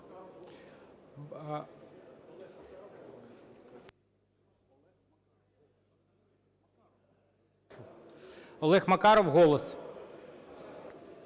Олег Макаров, "Голос".